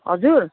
हजुर